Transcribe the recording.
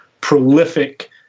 prolific